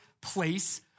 place